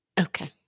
Okay